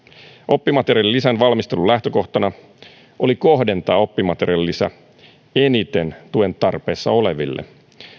oppimateriaalilisän valmistelun lähtökohtana oli kohdentaa oppimateriaalilisä eniten tuen tarpeessa oleville